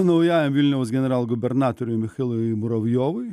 naujajam vilniaus generalgubernatoriui michailui muravjovui